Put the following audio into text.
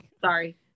sorry